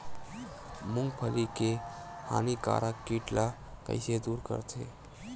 मूंगफली के हानिकारक कीट ला कइसे दूर करथे?